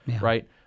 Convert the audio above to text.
right